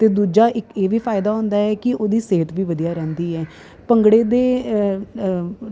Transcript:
ਅਤੇ ਦੂਜਾ ਇੱਕ ਇਹ ਵੀ ਫਾਇਦਾ ਹੁੰਦਾ ਹੈ ਕਿ ਉਹਦੀ ਸਿਹਤ ਵੀ ਵਧੀਆ ਰਹਿੰਦੀ ਹੈ ਭੰਗੜੇ ਦੇ